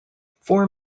four